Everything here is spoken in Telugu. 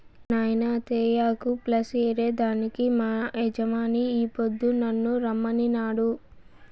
నాయినా తేయాకు ప్లస్ ఏరే దానికి మా యజమాని ఈ పొద్దు నన్ను రమ్మనినాడు